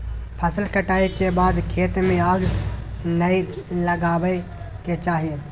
फसल कटाई के बाद खेत में आग नै लगावय के चाही